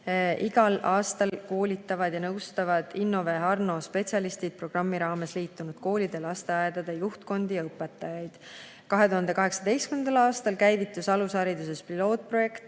Igal aastal koolitavad ja nõustavad Innove Arno spetsialistid programmiga liitunud koolide ja lasteaedade juhtkondi ja õpetajaid. 2018. aastal käivitus alushariduses pilootprojekt